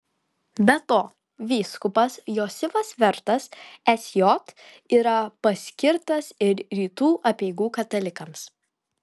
be to vyskupas josifas vertas sj yra paskirtas ir rytų apeigų katalikams